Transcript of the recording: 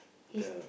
his